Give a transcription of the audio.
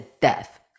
death